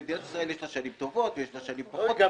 למדינת ישראל יש שנים יותר טובות ושנים פחות טובות --- היא גם